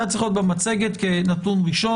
זה היה צריך להיות במצגת כנתון ראשון.